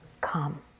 come